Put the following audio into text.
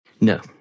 No